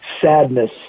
sadness